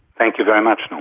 thank you very much you know